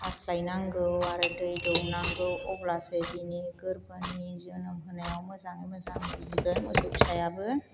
हास्लायनांगौ आरो दै दौनांगौ अब्लासो बिनि गोरबोनि जोनोम होनायाव मोजाङै मोजां उजिगोन मोसौ फिसायाबो